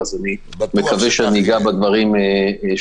אז אני מקווה שאני אגע בדברים ששמעתי.